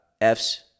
F's